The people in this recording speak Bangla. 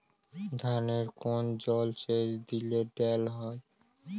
ধানে কোন জলসেচ দিলে ভাল হয়?